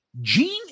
Gene